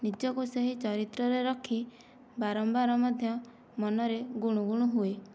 ନିଜକୁ ସେହି ଚରିତ୍ରରେ ରଖି ବାରମ୍ବାର ମଧ୍ୟ ମନରେ ଗୁଣୁଗୁଣୁ ହୁଏ